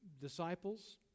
disciples